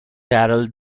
darrell